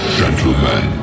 gentlemen